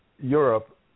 Europe